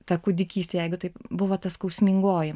ta kūdikystė jeigu taip buvo ta skausmingoji